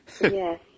Yes